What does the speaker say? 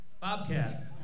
Bobcat